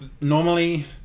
normally